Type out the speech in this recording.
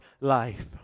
life